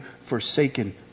forsaken